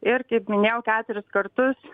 ir kaip minėjau keturis kartus